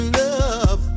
love